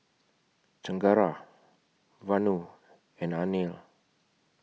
Chengara Vanu and Anil